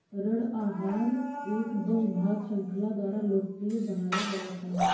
ऋण आहार एक बहु भाग श्रृंखला द्वारा लोकप्रिय बनाया गया था